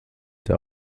der